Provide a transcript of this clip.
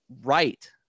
right